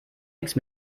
nichts